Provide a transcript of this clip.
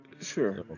Sure